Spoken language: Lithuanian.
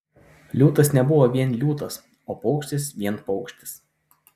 liūtas nebuvo vien liūtas o paukštis vien paukštis